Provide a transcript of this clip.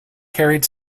carried